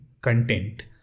content